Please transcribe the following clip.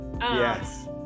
yes